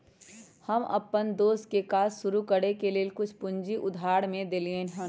हम अप्पन दोस के काज शुरू करए के लेल कुछ पूजी उधार में देलियइ हन